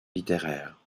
littéraire